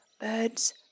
birds